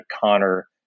Connor